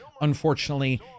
unfortunately